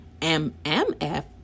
mmf